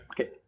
Okay